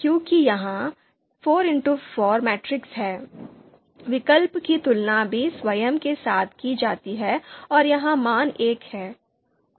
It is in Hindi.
क्योंकि यह 4x4 मैट्रिक्स है विकल्प की तुलना भी स्वयं के साथ की जाती है और यह मान एक है